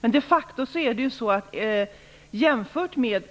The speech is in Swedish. Men jämfört med